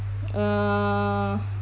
uh